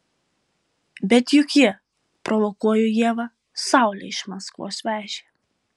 bet juk ji provokuoju ievą saulę iš maskvos vežė